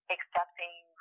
accepting